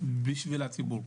בשביל הציבור.